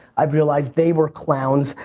i've realized they were clowns.